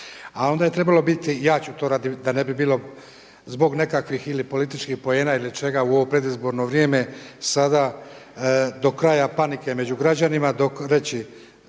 A onda je trebalo biti i ja ću to radi, da ne bi bilo zbog nekakvih ili političkih poena ili čega u ovo predizborno vrijeme sada do kraja panike među građanima reći